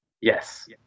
Yes